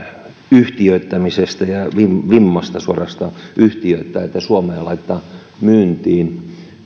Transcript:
yhtiöittämisestä ja suorastaan vimmasta yhtiöittää että suomea laitetaan myyntiin